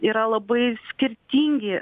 yra labai skirtingi